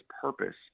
purpose